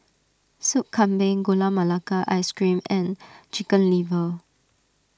Soup Kambing Gula Melaka Ice Cream and Chicken Liver